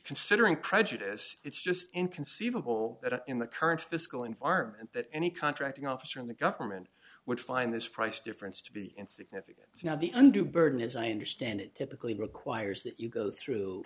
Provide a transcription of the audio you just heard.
considering prejudice it's just inconceivable that in the current fiscal environment that any contracting officer in the government would find this price difference to be insignificant now the un do burden as i understand it typically requires that you go through